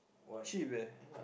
cheap eh